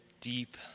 deep